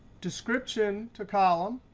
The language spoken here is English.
description to column.